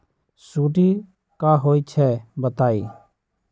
सुडी क होई छई बताई?